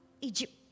Egypt